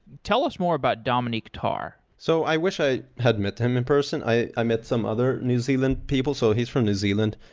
tell us more about dominic tarr. so i wish i had met him in the person. i i met some other new zealand people. so he's from new zealand,